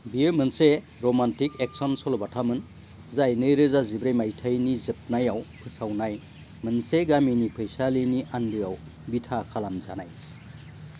बियो मोनसे romantic action सल'बाथामोन जाय नैरोजा जिब्रै मायथाइनि जोबनायाव फोसावनाय मोनसे गामिनि फैसालिनि आन्दोआव बिथा खालाम जानाय